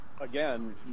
again